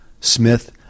Smith